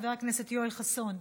חבר הכנסת יואל חסון,